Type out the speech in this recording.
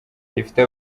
rifite